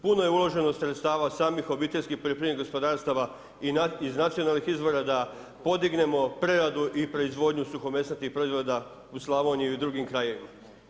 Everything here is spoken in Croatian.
Puno je uloženo sredstava samih obiteljskih poljoprivrednih gospodarstava, i iz Nacionalnih izvora, da podignemo preradu i proizvodnju suhomesnatih proizvoda u Slavoniji, i u drugim krajevima.